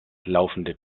laufende